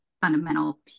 fundamental